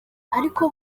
ariko